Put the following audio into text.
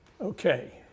Okay